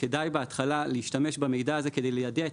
כדאי בהתחלה להשתמש במידע הזה כדי ליידע את